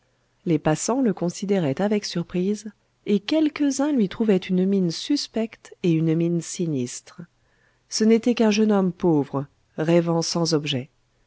les passants le considéraient avec surprise et quelques-uns lui trouvaient une mise suspecte et une mine sinistre ce n'était qu'un jeune homme pauvre rêvant sans objet